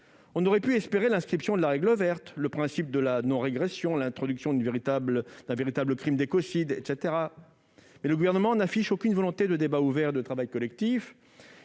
On aurait pu espérer l'inscription de la règle verte, du principe de la non-régression ou encore l'introduction d'un véritable crime d'écocide, mais le Gouvernement n'affiche aucune volonté de débat ouvert, de travail collectif.